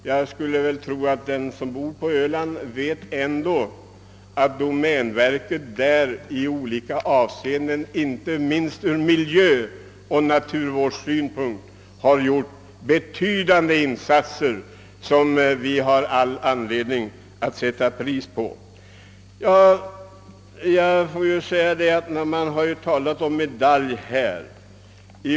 Jag skulle tro att den som bor på Öland vet att domänverket där har gjort betydande insatser inte minst ur miljöoch naturvårdssynpunkt som vi har all anledning att värdesätta. Man har här talat om medaljer.